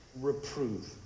reprove